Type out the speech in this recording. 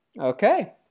Okay